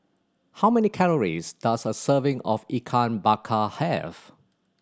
how many calories does a serving of Ikan Bakar have